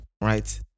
Right